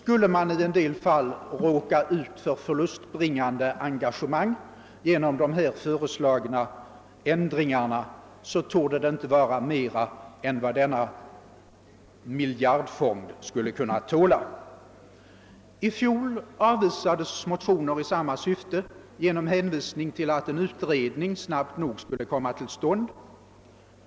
Skulle man i något fall råka ut för förlustbringande engagemang genom de föreslagna ändringarna torde det inte vara mera än vad miljardfonderna tål. I fjol avvisades motioner i samma syfte genom hänvisning till att en utredning snabbt skulle komma till stånd.